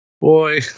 Boy